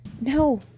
No